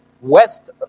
west